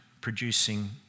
producing